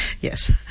Yes